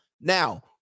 Now